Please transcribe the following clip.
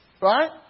Right